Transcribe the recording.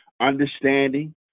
understanding